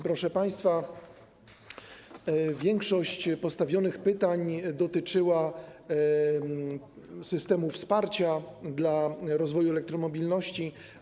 Proszę państwa, większość postawionych pytań dotyczyła systemu wsparcia dla rozwoju elektromobilności.